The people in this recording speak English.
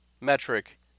metric